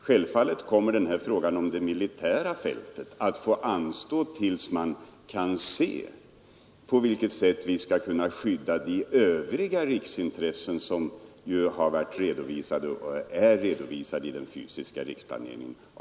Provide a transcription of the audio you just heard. Självfallet kommer behandlingen av frågan om det militära fältet att få anstå tills man kan bedöma på vilket sätt man skall kunna skydda de övriga riksintressen som är redovisade i den fysiska riksplaneringen.